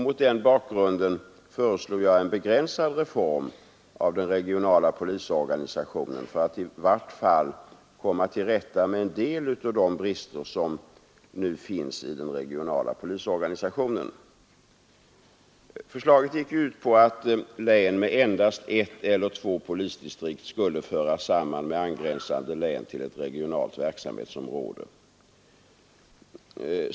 Mot den bakgrunden föreslog jag en begränsad reform av den regionala polisorganisationen för att i vart fall komma till rätta med en del av de brister som nu finns. Förslaget gick ut på att län med endast ett eller två polisdistrikt skulle föras samman med angränsande län till ett regionalt verksamhetsområde.